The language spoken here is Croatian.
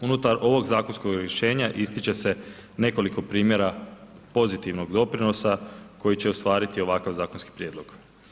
Unutar ovog zakonskog rješenja ističe se nekoliko primjera pozitivnog doprinosa koji će ostvariti ovakav zakonski prijedlog.